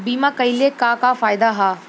बीमा कइले का का फायदा ह?